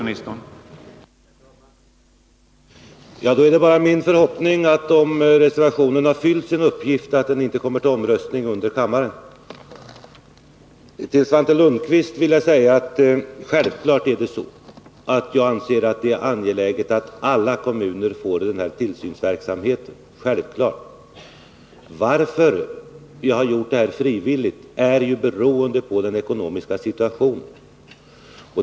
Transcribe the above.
Herr talman! Om reservationen har fyllt sin uppgift, är det min förhoppning att den inte kommer till omröstning i kammaren. Till Svante Lundkvist vill jag säga att det naturligtvis är angeläget att alla kommuner får denna tillsynsverksamhet — det är självklart. Att vi gjort det kommunala övertagandet av tillsynsansvaret frivilligt är ju beroende på den ekonomiska situationen.